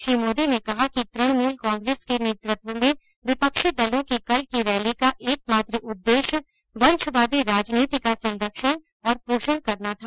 श्री मोदी ने कहा कि तृणमूल कांग्रेस के नेतृत्व में विपक्षी दलों की कल की रैली का एकमात्र उद्देश्य वंशवादी राजनीति का संरक्षण और पोषण करना था